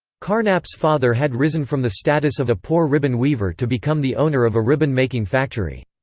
carnap's father had risen from the status of a poor ribbon-weaver to become the owner of a ribbon-making factory.